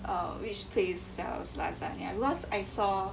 uh which place sells lasagne cause I saw